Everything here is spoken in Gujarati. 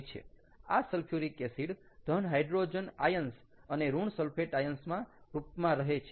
આ સલ્ફ્યુરિક એસિડ ધન હાઈડ્રોજન આયન્સ અને ઋણ સલ્ફેટ આયન્સના રૂપમાં રહે છે